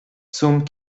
zum